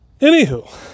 Anywho